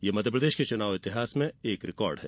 यह मध्यप्रदेश के चुनाव इतिहास में एक रिकॉर्ड है